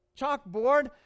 chalkboard